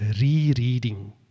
rereading